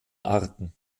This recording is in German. arten